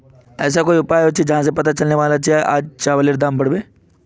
ऐसा कोई उपाय होचे जहा से पता चले की आज चावल दाम बढ़ने बला छे?